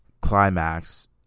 climax